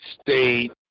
state